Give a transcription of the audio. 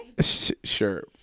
Sure